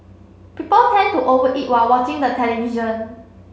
people tend to over eat while watching the television